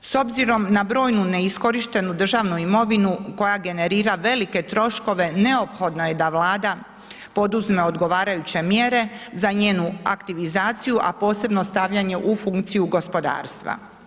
S obzirom na brojnu neiskorištenu državnu imovinu koja generira velike troškove neophodno je da vlada poduzme odgovarajuće mjere za njenu aktivizaciju, a posebno stavljanje u funkciju gospodarstva.